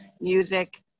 music